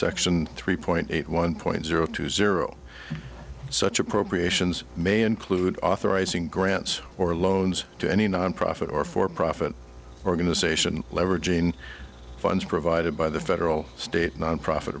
section three point eight one point zero two zero such appropriations may include authorizing grants or loans to any nonprofit or for profit organization leveraging funds provided by the federal state nonprofit